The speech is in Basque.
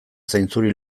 zainzuri